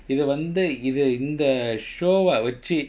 இத வந்து இது இந்த:itha vanthu ithu intha show வ வச்சு:va vacchu